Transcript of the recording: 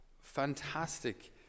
fantastic